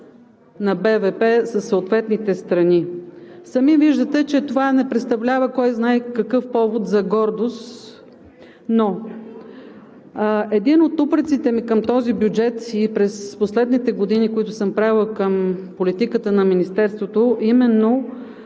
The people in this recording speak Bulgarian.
продукт в съответните страни. Сами виждате, че това не представлява кой знае какъв повод за гордост. Един от упреците ми към този бюджет и през последните години, които съм правила към политиката на Министерството, е именно